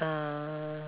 err